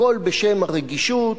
הכול בשם הרגישות,